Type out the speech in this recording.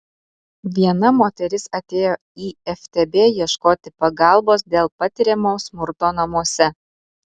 viena moteris atėjo į ftb ieškoti pagalbos dėl patiriamo smurto namuose